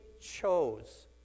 chose